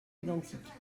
identiques